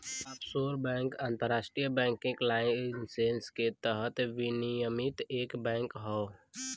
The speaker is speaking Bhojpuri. ऑफशोर बैंक अंतरराष्ट्रीय बैंकिंग लाइसेंस के तहत विनियमित एक बैंक हौ